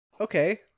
Okay